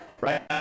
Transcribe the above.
right